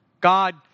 God